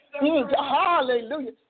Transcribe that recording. Hallelujah